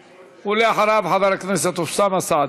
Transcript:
אחריו, חבר הכנסת אוסאמה סעדי,